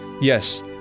Yes